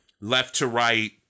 left-to-right